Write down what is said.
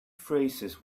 phrases